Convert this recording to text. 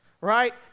right